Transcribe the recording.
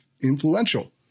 influential